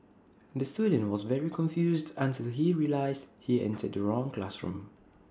the student was very confused until he realised he entered the wrong classroom